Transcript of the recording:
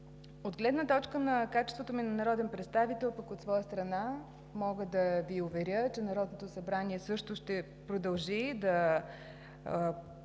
и реформи. В качеството ми на народен представител от своя страна мога да Ви уверя, че Народното събрание също ще продължи да изпълнява